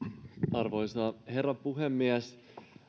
arvoisa herra puhemies